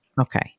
Okay